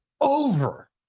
over